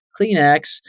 Kleenex